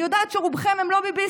אני יודעת שרובכם לא ביביסטים,